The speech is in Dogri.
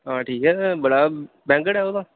हां ठीक ऐ बड़ा बैंह्गड़ ऐ ओह् तां